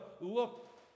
look